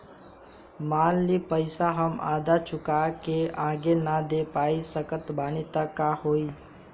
मान ली पईसा हम आधा चुका के आगे न दे पा सकत बानी त का होई?